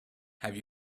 have